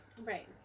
Right